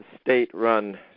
state-run